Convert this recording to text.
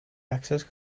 access